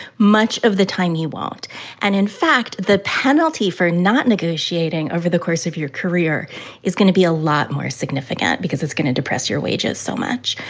much of the time you won't and, in fact, the penalty for not negotiating over the course of your career is going to be a lot more significant because it's going to depress your wages so much.